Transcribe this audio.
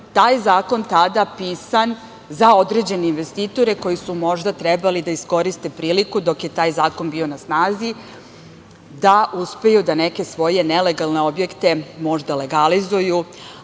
taj zakon tada pisan za određene investitore koji su možda trebali da iskoriste priliku dok je taj zakon bio na snazi da uspeju da neke svoje nelegalne objekte možda legalizuju. Ali